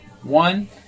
One